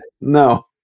No